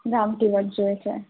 ગામઠી વર્ક જોઈએ છે